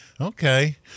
Okay